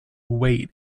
wait